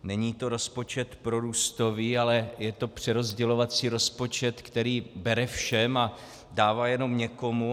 Není to rozpočet prorůstový, ale je to přerozdělovací rozpočet, který bere všem a dává jenom někomu.